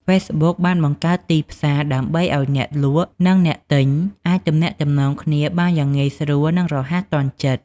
ហ្វេសប៊ុកបានបង្កើត ទីផ្សារ ដើម្បីឱ្យអ្នកលក់និងអ្នកទិញអាចទំនាក់ទំនងគ្នាបានយ៉ាងងាយស្រួលនិងរហ័សទាន់ចិត្ត។